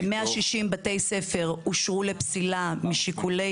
160 בתי ספר אושרו לפסילה משיקולי